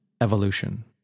evolution